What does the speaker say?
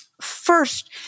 First